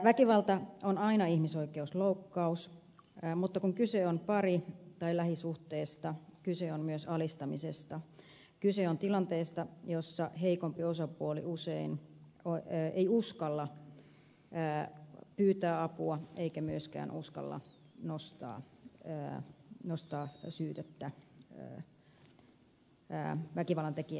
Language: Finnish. väkivalta on aina ihmisoikeusloukkaus mutta kun kyse on pari tai lähisuhteesta kyse on myös alistamisesta kyse on tilanteesta jossa heikompi osapuoli ei uskalla pyytää apua eikä myöskään uskalla nostaa syytettä väkivallantekijää kohtaan